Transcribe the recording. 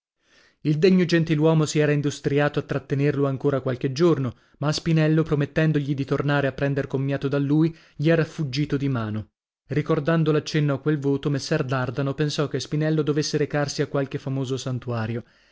il degno gentiluomo si era industriato a trattenerlo ancora qualche giorno ma spinello promettendogli di tornare a prender commiato da lui gli era fuggito di mano ricordando l'accenno a quel voto messer dardano pensò che spinello dovesse recarsi a qualche famoso santuario